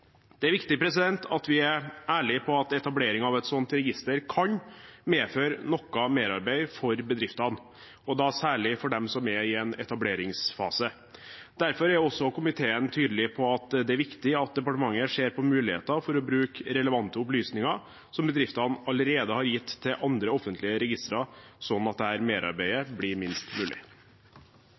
Det er viktig at vi er ærlige på at etableringen av et sånt register kan medføre noe merarbeid for bedriftene, og da særlig for dem som er i en etableringsfase. Derfor er komiteen tydelig på at det er viktig at departementet ser på muligheter for å bruke relevante opplysninger som bedriftene allerede har gitt til andre offentlige registre, sånn at dette merarbeidet blir minst mulig.